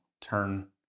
turn